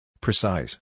Precise